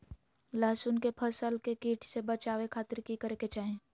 लहसुन के फसल के कीट से बचावे खातिर की करे के चाही?